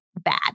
bad